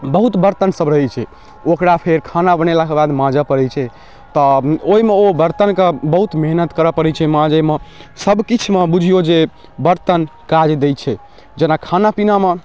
बहुत बर्तन सब रहै छै ओकरा फेर खाना बनेलाक बाद माञ्जऽ पड़ै छै तऽ ओइमे ओ बर्तनके बहुत मेहनत करऽ पड़ै छै माञ्जैमे सब किछुमे बुझियौ जे बर्तन काज दै छै जेना खाना पीनामे